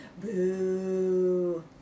boo